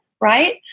right